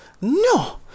no